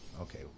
okay